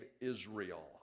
Israel